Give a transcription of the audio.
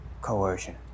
Coercion